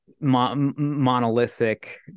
monolithic